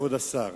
כבוד השר,